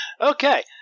Okay